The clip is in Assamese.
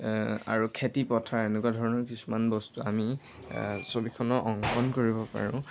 আৰু খেতিপথাৰ এনেকুৱা ধৰণৰ কিছুমান বস্তু আমি চবিখনত অংকন কৰিব পাৰোঁ